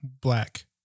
black